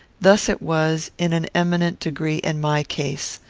thus it was, in an eminent degree, in my case.